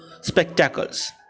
spectacles